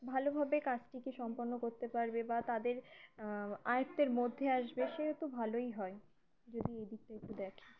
ভালোভাবে কাজটিকে সম্পন্ন করতে পারবে বা তাদের আয়ত্তের মধ্যে আসবে সেহেতু ভালোই হয় যদি এই দিকটা একটু দেখি